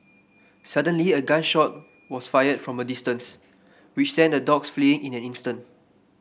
suddenly a gun shot was fired from a distance which sent the dogs fleeing in an instant